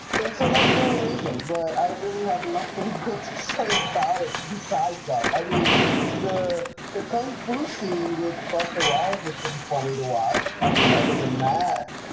if so, that's the only reason but i really have nothing to say about it besides that i mean the the country scene with buzz. the ride was pretty funny to watch. i mean other than that